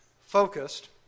focused